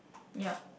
ya